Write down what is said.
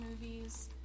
movies